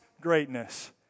greatness